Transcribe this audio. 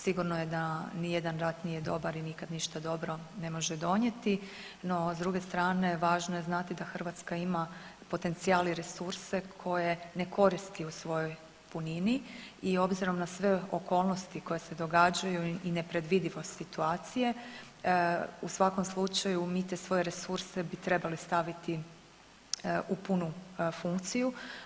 Sigurno je da nijedan rat nije dobar i nikad ništa dobro ne može donijeti, no s druge strane važno je znati da Hrvatska ima potencijal i resurse koje ne koristi u svojoj punini i obzirom na sve okolnosti koje se događaju i nepredvidivost situacije u svakom slučaju mi te svoje resurse bi trebali staviti u punu funkciju.